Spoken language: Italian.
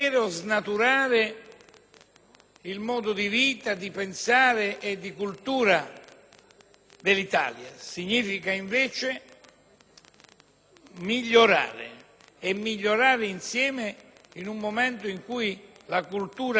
il modo di vita, di pensiero e di cultura dell'Italia; significa, invece, migliorare insieme in un momento in cui la cultura multietnica è fondamentale